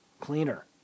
cleaner